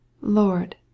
Lord